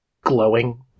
glowing